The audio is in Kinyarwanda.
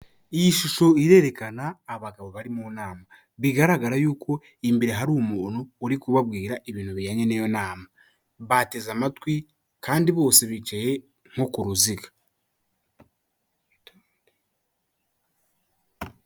Iyi shusho irerekana abagabo bari mu nama bigaragara yuko imbere hari umuntu uri kubabwira ibintu bijyanye n'iyo nama. Bateze amatwi kandi bose bicaye nko ku ruziga.